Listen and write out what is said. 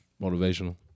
Motivational